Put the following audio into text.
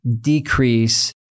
decrease